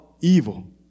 Evil